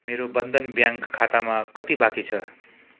मेरो बन्धन ब्याङ्क खातामा कति बाँकी छ